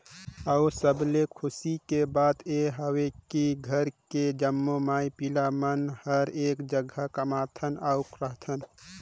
अउ सबले खुसी के बात ये हवे की घर के जम्मो माई पिला मन हर एक जघा कमाथन अउ रहथन